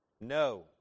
No